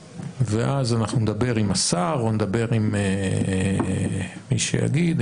ואז אנחנו נדבר עם השר או נדבר עם מי שיגיד,